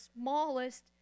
smallest